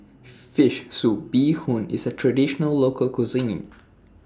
Fish Soup Bee Hoon IS A Traditional Local Cuisine